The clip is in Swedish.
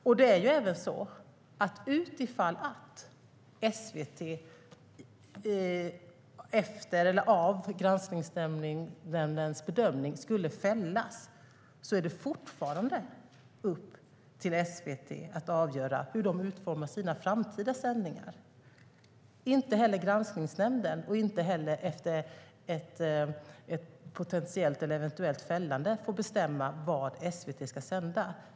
Om SVT skulle fällas efter Granskningsnämndens bedömning är det fortfarande upp till SVT att avgöra hur de utformar sina framtida sändningar. Inte heller Granskningsnämnden och inte heller ett eventuellt fällande får bestämma vad SVT ska sända.